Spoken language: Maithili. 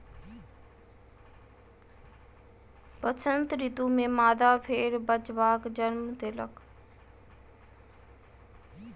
वसंत ऋतू में मादा भेड़ बच्चाक जन्म देलक